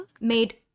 Made